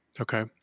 Okay